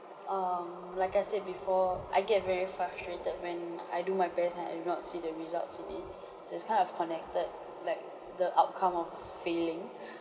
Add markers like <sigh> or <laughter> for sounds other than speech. um like I said before I get very frustrated when I do my best and I do not see the results in it so it's kind of connected like the outcome of failing <breath>